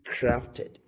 crafted